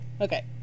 Okay